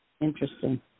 interesting